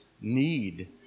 need